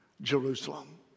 Jerusalem